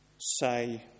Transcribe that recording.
say